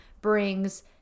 brings